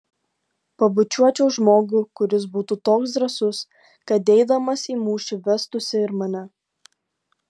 pabučiuočiau žmogų kuris būtų toks drąsus kad eidamas į mūšį vestųsi ir mane